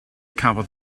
cafodd